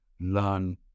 learn